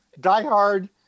diehard